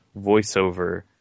voiceover